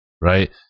right